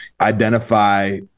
identify